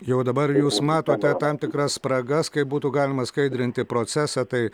jau dabar jūs matote tam tikras spragas kaip būtų galima skaidrinti procesą tai